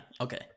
okay